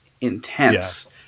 intense